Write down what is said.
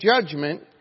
judgment